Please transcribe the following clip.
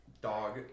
Dog